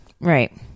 Right